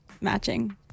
matching